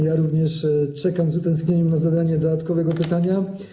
Ja również czekam z utęsknieniem na zadanie dodatkowego pytania.